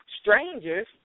strangers